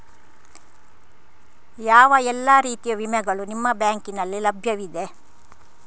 ಯಾವ ಎಲ್ಲ ರೀತಿಯ ವಿಮೆಗಳು ನಿಮ್ಮ ಬ್ಯಾಂಕಿನಲ್ಲಿ ಲಭ್ಯವಿದೆ?